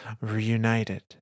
Reunited